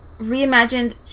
reimagined